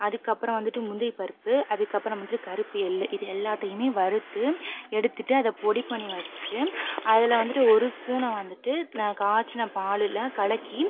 அதுக்கு அப்புறம் வந்துட்டு முந்திரி பருப்பு அதுக்கு அப்புறம் வந்துட்டு கருப்பு எள்ளு இது எல்லாத்தையுமே வறுத்து எடுத்துட்டு அத பொடி பண்ணி வச்சு அதில் வந்துட்டு ஒரு ஸ்பூனை வந்துட்டு நான் காய்ச்சின பாலில் கலக்கி